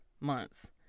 months